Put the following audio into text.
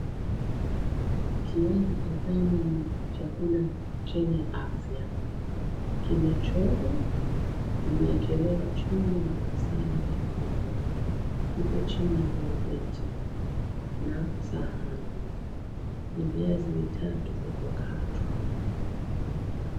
Kiazi kitamu ni chakula chenye afya. Kimechomwa, kimeekelewa chumvi na masala mekundu, kiko chini ya gazeti na sahani. Ni viazi vitatu vilivyokatwa.